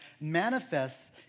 manifests